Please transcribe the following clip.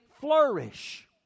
flourish